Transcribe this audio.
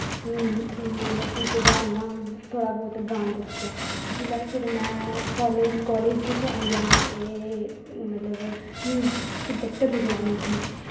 इ'यां खुद गै इ'यां थोह्ड़ा बौह्त गान लगी ऐं जिसलै फिर में कालेज बिच्च आइयै एह् मतलब म्यूजिक सबजैक्ट मिलेआ मिगी